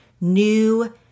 new